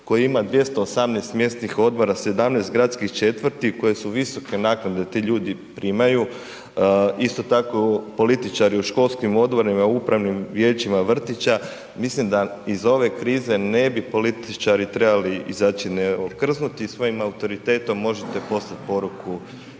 koji ima 218 mjesnih odbora, 17 gradskih četvrti u kojoj su visoke naknade ti ljudi primaju, isto tako političari u školskim odborima, upravnim vijećima vrtića mislim da iz ove krize ne bi političari trebali izaći okrznuti i svojim autoritetom možete poslati poruku